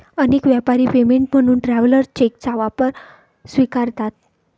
अनेक व्यापारी पेमेंट म्हणून ट्रॅव्हलर्स चेकचा वापर स्वीकारतात